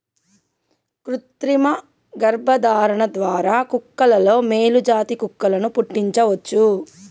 కృతిమ గర్భధారణ ద్వారా కుక్కలలో మేలు జాతి కుక్కలను పుట్టించవచ్చు